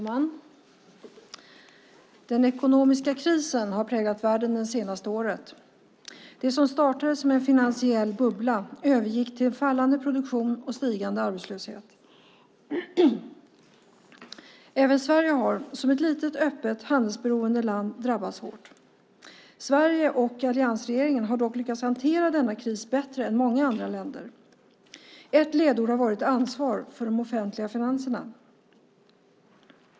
Fru talman! Den ekonomiska krisen har präglat världen under det senaste året. Det som startade som en finansiell bubbla övergick i en fallande produktion och en stigande arbetslöshet. Även Sverige har som ett litet, öppet och handelsberoende land drabbats hårt. Sverige och alliansregeringen har dock lyckats hantera denna kris bättre än många andra länder. Ledord har varit "ansvar för de offentliga finanserna".